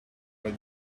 that